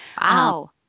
Wow